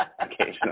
Occasionally